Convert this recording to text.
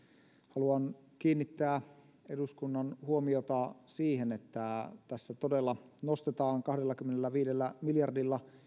haluan kiinnittää eduskunnan huomiota siihen että tässä todella nostetaan kahdellakymmenelläviidellä miljardilla